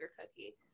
cookie